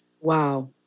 Wow